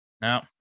Now